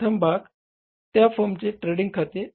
व्यापार आणि नफा व तोटा खाते